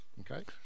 Okay